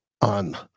on